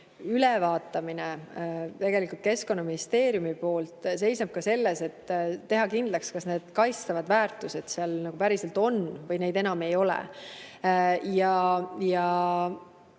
ülevaatamine Keskkonnaministeeriumi poolt seisneb ka selles, et tuleb teha kindlaks, kas need kaitstavad väärtused seal päriselt ka on või neid enam ei ole.